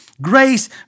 grace